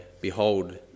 Behold